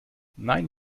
nein